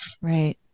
right